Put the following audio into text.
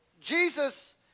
Jesus